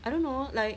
I don't know like